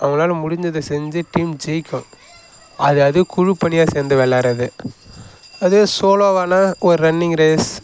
அவங்களால் முடிஞ்சதை செஞ்சு டீம் ஜெயிக்கும் அது அது குழுப்பணியாக சேர்ந்து விளையாட்றது அதுவே சோலோவானா ஒரு ரன்னிங் ரேஸ்